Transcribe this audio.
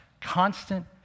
constant